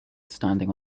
standing